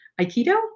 Aikido